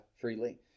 freely